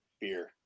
beer